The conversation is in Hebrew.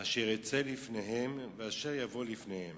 אשר יצא בפניהם, ואשר יבוא בפניהם,